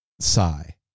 sigh